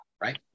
right